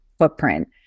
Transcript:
Footprint